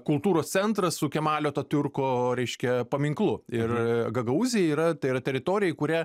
kultūros centras su kemalio atatiurko reiškia paminklu ir gagaūzija yra tai yra teritorija į kurią